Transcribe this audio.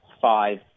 five